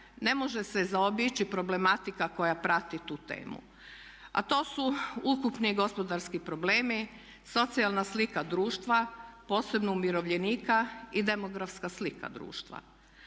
ne može se zaobići problematika koja prati tu temu, a to su ukupni gospodarski problemi, socijalna slika društva posebno umirovljenika i demografska slika društva.